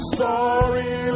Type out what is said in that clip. sorry